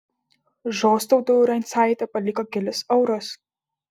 žostautui rancaitė paliko kelis eurus